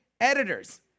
editors